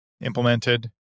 Implemented